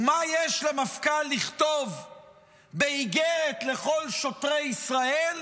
ומה יש למפכ"ל לכתוב באיגרת לכל שוטרי ישראל?